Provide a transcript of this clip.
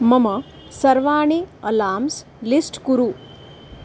मम सर्वाणि alarms list कुरु